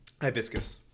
Hibiscus